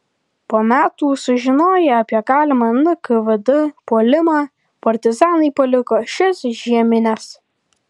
po metų sužinoję apie galimą nkvd puolimą partizanai paliko šias žiemines